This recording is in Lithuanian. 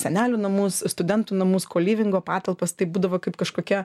senelių namus studentų namus kolivingo patalpas tai būdavo kaip kažkokia